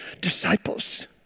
disciples